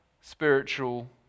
spiritual